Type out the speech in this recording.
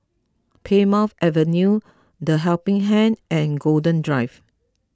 Plymouth Avenue the Helping Hand and Golden Drive